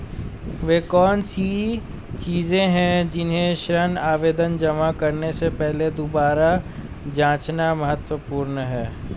वे कौन सी चीजें हैं जिन्हें ऋण आवेदन जमा करने से पहले दोबारा जांचना महत्वपूर्ण है?